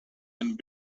and